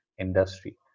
industry